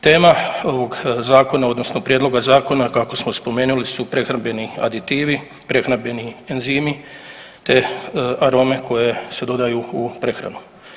Tema ovog zakona odnosno prijedloga zakona kako smo spomenuli su prehrambeni aditivi, prehrambeni enzimi te arome koje se dodaju u prehranu.